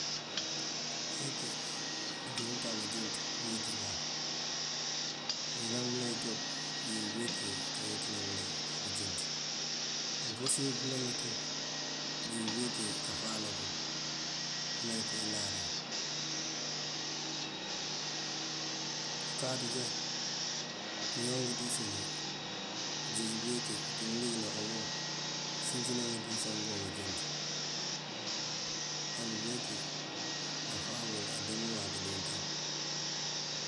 Búuweeti, mentee untab ajënţ búuweeti ban. Mëyëlan belay ţop kënjeej búuweeti kaweetina belay abunjënţ. Apurësir pëlënk ţop kënjeej búuweeti kafawuna pël kampënan inko iláar iyí. Bakáaţ já buñaw undúus ngí bunjeej búuweeti bunţú mëlik dí uwomo kasincëna ngëndúus angëjënţ. Kon búuweeti náfá bël adëmb mak dí untab.